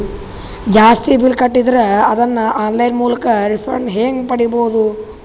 ಜಾಸ್ತಿ ಬಿಲ್ ಕಟ್ಟಿದರ ಅದನ್ನ ಆನ್ಲೈನ್ ಮೂಲಕ ರಿಫಂಡ ಹೆಂಗ್ ಪಡಿಬಹುದು?